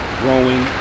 growing